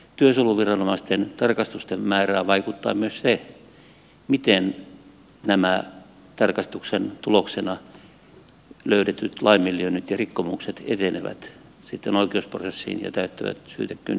työsuojeluviranomaisten tarkastusten määrään vaikuttaa myös se miten nämä tarkastuksen tuloksena löydetyt laiminlyönnit ja rikkomukset etenevät sitten oikeusprosessiin ja täyttävät syytekynnykset ja muut